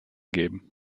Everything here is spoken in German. geben